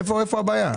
איפה הבעיה?